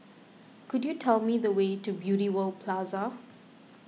could you tell me the way to Beauty World Plaza